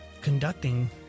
conducting